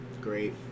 great